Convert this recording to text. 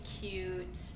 cute